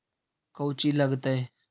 कौची लगतय?